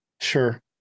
sure